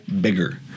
bigger